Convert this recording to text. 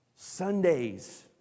Sundays